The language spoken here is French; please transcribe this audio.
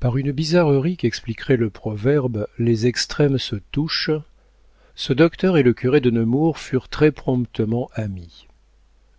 par une bizarrerie qu'expliquerait le proverbe les extrêmes se touchent ce docteur matérialiste et le curé de nemours furent très-promptement amis